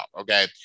okay